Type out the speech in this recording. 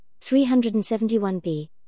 371b